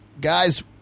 Guys